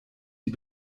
die